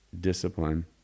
discipline